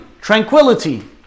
tranquility